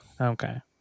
Okay